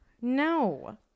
No